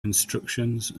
instructions